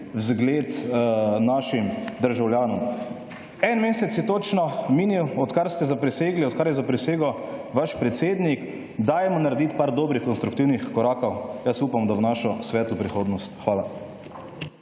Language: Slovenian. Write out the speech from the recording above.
vzgled našim državljanom. En mesec je točno minil, odkar ste zaprisegli, odkar je zaprisegel vaš predsednik. Dajmo narediti par dobrih, konstruktivnih korakov, jaz upam, da v našo svetlo prihodnost. Hvala.